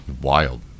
Wild